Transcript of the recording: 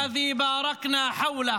סליחה.